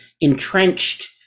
entrenched